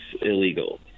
illegal